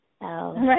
Right